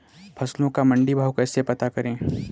फसलों का मंडी भाव कैसे पता करें?